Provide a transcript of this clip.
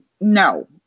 No